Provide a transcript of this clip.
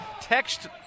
Text